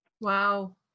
Wow